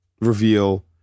reveal